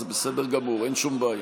זה בסדר גמור, אין שום בעיה.